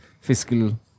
fiscal